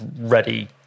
ready